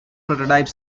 prototype